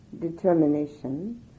determination